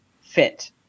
fit